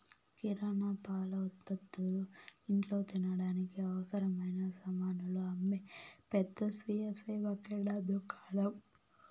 కిరణా, పాల ఉత్పతులు, ఇంట్లో తినడానికి అవసరమైన సామానులు అమ్మే పెద్ద స్వీయ సేవ కిరణా దుకాణం